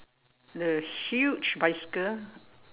the huge bicycle